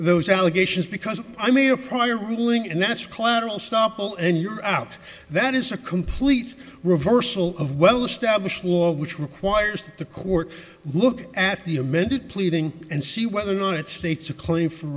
those allegations because i made a prior googling and that's collateral stoppel and you're out that is a complete reversal of well established law which requires the court look at the amended pleading and see whether or not it states a claim for